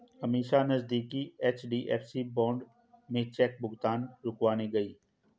अमीषा नजदीकी HDFC branch में cheque भुगतान रुकवाने गई